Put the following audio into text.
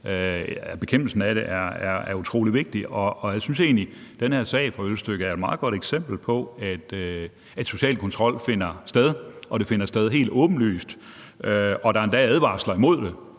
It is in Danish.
bekæmpelsen af den er utrolig vigtig. Og jeg synes egentlig, at den her sag fra Ølstykke er et meget godt eksempel på, at social kontrol finder sted, og at det finder sted helt åbenlyst; og der er endda advarsler imod det